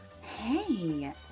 Hey